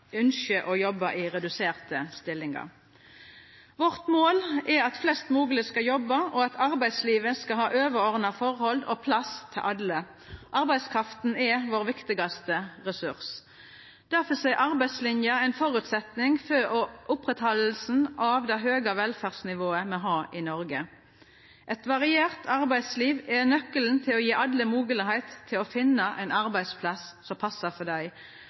ynskjer å jobba i redusert stilling. Vårt mål er at flest mogleg skal jobba, og at arbeidslivet skal ha ordna forhold og plass til alle. Arbeidskrafta er vår viktigaste ressurs. Derfor er arbeidslinja ein føresetnad for å halda oppe det høge velferdsnivået me har i Noreg. Eit variert arbeidsliv er nøkkelen til å gje alle moglegheit til å finna ein arbeidsplass som passar for dei,